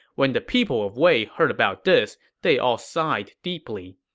when the people of wei heard about this, they all sighed deeply.